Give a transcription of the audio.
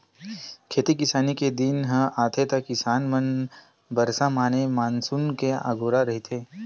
खेती किसानी के दिन ह आथे त किसान मन ल बरसा माने मानसून के अगोरा रहिथे